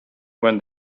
when